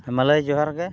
ᱢᱟᱞᱟᱭ ᱡᱚᱦᱟᱨ ᱜᱮ